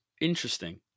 Interesting